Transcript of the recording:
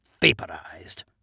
vaporized